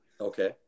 Okay